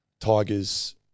Tigers